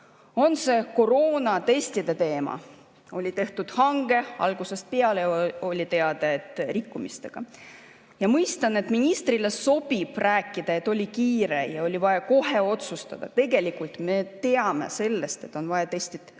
On see koroonatestide teema: oli tehtud hange, ja algusest peale oli teada, et seda tehti rikkumistega. Mõistan, et ministrile sobib rääkida, et oli kiire ja oli vaja kohe otsustada. Tegelikult me teadsime, et on vaja testid